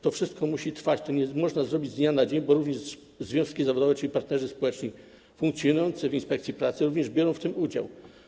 To wszystko musi trwać, tego nie można zrobić z dnia na dzień, bo związki zawodowe, czyli partnerzy społeczni, funkcjonujące w inspekcji pracy również biorą w tym udział.